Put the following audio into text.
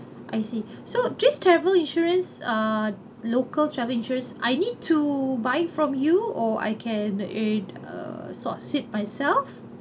I see so this travel insurance ah local travel insurance I need to buy from you or I can it uh sort it myself